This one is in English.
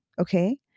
okay